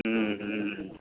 हूँ हूँ